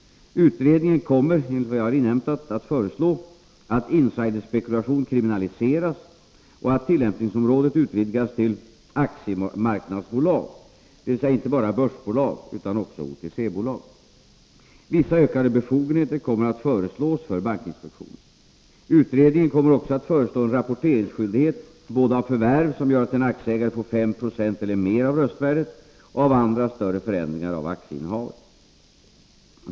Utredningen kommer enligt vad jag har inhämtat att föreslå att insiderspekulation kriminaliseras och att tillämpningsområdet utvidgas till ”aktiemarknadsbolag”, dvs. inte bara börsbolag utan också OTC-bolag. Vissa ökade befogenheter kommer att föreslås för bankinspektionen. Utredningen kommer också att föreslå en skyldighet att rapportera både förvärv som gör att en aktieägare får 5 90 eller mer av skydda småspararna på börsen skydda småspararna på börsen röstvärdet och andra större förändringar av aktieinnehavet.